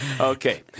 Okay